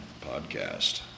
podcast